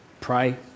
Pray